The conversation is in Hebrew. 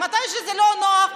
מתי שזה לא נוח,